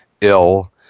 ill